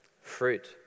fruit